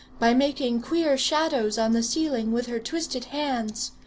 by making queer shadows on the ceiling with her twisted hands.